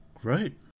Great